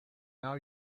now